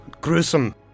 Gruesome